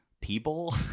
people